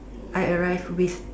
I arrived with